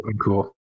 cool